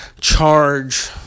charge